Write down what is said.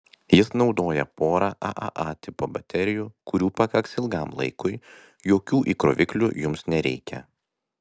jis naudoja porą aaa tipo baterijų kurių pakaks ilgam laikui jokių įkroviklių jums nereikia